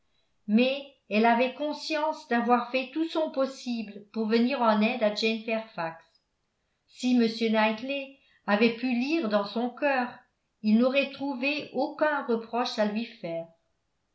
mais elle avait conscience d'avoir fait tout son possible pour venir en aide à jane fairfax si m knightley avait pu lire dans son cœur il n'aurait trouvé aucun reproche à lui faire